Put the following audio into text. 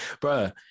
bro